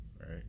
right